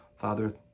Father